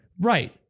right